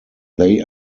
they